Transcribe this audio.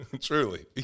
Truly